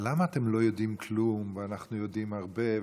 למה אתם לא יודעים כלום ואנחנו יודעים הרבה?